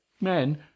men